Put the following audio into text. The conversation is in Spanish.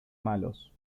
malos